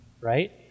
Right